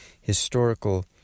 historical